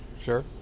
Sure